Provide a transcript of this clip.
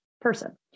person